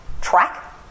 track